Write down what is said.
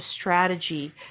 strategy